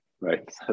right